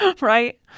right